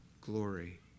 glory